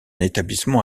établissement